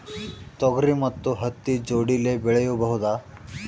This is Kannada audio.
ತೊಗರಿ ಮತ್ತು ಹತ್ತಿ ಜೋಡಿಲೇ ಬೆಳೆಯಬಹುದಾ?